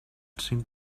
cinc